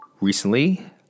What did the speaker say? recently